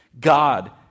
God